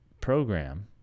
program